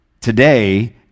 today